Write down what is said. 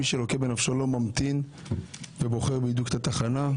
מי שלוקה בנפשו לא ממתין ובוחר בדיוק את התחנה,